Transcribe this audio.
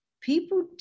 people